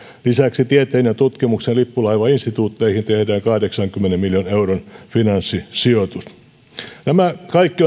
lisäksi tieteen ja tutkimuksen lippulaivainstituutteihin tehdään kahdeksankymmenen miljoonan euron finanssisijoitus tämä kaikki